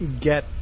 get